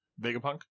Vegapunk